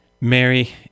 Mary